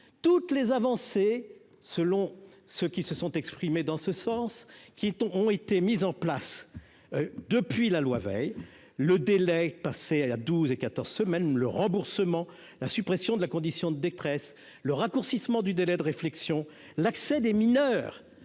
toutes les avancées, selon ce qui se sont exprimés dans ce sens, qui ont été mises en place depuis la loi Veil, le délai passé à 12 et 14 semaines le remboursement, la suppression de la condition de détresse le raccourcissement du délai de réflexion, l'accès des mineurs